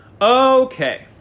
Okay